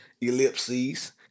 Ellipses